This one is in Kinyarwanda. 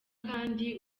kandi